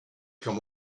come